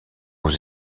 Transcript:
aux